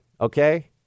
Okay